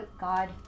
God